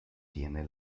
tiene